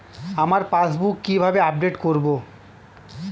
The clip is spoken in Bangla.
আমার পাসবুক কিভাবে আপডেট করবো?